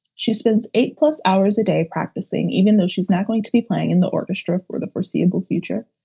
she spends eight plus hours a day practicing, even though she's not going to be playing in the orchestra for the foreseeable future.